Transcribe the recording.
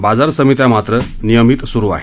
बाजार समित्या मात्र नियमित सुरू आहेत